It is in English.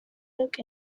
book